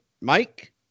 Mike